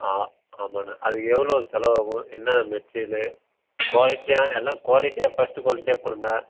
ஆ ஆமாண்ணா அது எவ்வளோ செலவாகும் என்ன மெட்டீரியலு குவாலிட்டியாக எல்லாம் குவாலிட்டியாக ஃபஸ்ட்டு குவாலிட்டியாக போடுங்க